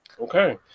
Okay